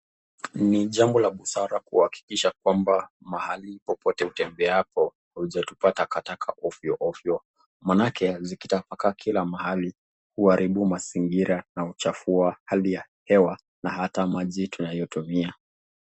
Ni jambo la busara kuhakikisha kwamba, mahali popote utembeapo hujetupa taka taka ovyo ovyo. Manake zikitapakaa Kila mahali huaribu mazingira na huchafua hali ya hewa na hata maji tunayo itumia.